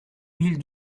mille